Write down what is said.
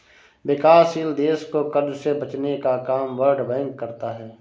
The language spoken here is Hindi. विकासशील देश को कर्ज से बचने का काम वर्ल्ड बैंक करता है